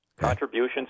Contributions